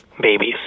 babies